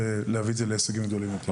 ובאמת, להביא את זה להישגים גדולים יותר.